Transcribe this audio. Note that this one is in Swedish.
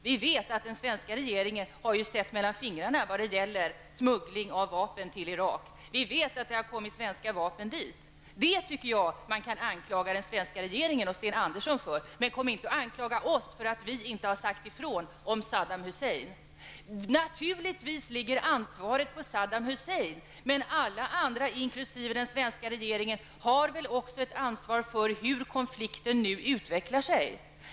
Vi vet att den svenska regeringen har sett mellan fingrarna vad gäller smuggling av vapen till Irak. Vi vet att det har kommit svenska vapen dit. Det tycker jag att man kan anklaga den svenska regeringen och Sten Andersson för, men kom inte och anklaga oss för att inte ha sagt ifrån om Saddam Hussein! Naturligtvis ligger ansvaret på Saddam Hussein. Men alla andra, inkl. den svenska regeringen, har väl också ett ansvar för hur konflikten nu utvecklar sig.